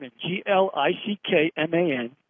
G-L-I-C-K-M-A-N